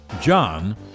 john